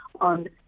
on